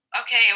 okay